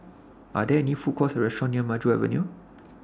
Are There any Food Courts Or restaurants near Maju Avenue